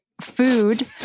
food